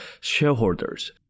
shareholders